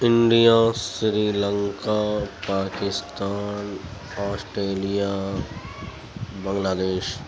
India Sri Lanka Pakistan Australia بنگلہ دیش